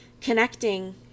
connecting